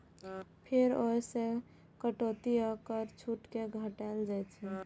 फेर ओइ मे सं कटौती आ कर छूट कें घटाएल जाइ छै